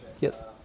Yes